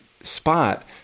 spot